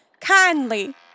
kindly